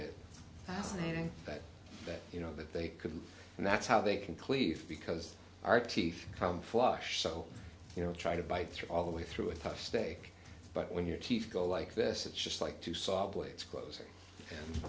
that you know that they couldn't and that's how they can cleef because our teeth come flush so you know try to bite through all the way through a tough steak but when your teeth go like this it's just like two s